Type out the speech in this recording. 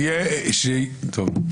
טוב.